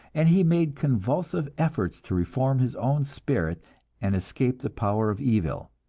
and he made convulsive efforts to reform his own spirit and escape the power of evil.